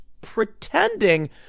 pretending